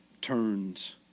turns